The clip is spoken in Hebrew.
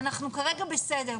אנחנו כרגע בסדר.